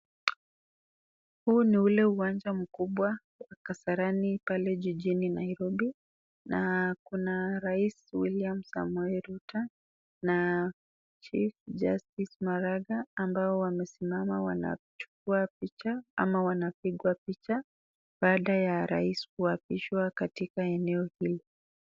Huu ni ule uwanja mkubwa wa Kasarani pale jijini Nairobi. Na kuna Rais William Samoei Ruto na Chief Justice Maraga ambao wamesimama wanachukua picha ama wanapigwa picha baada ya rais kuapishwa katika eneo hii.